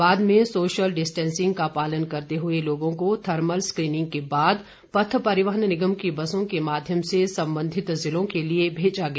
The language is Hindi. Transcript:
बाद में सोशल डिसटेन्सिंग का पालन करते हुए लोगों को थर्मल स्क्रीनिंग के बाद पथ परिवहन निगम की बसों के माध्यम से संबंधित जिलों के लिये भेजा गया